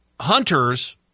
hunters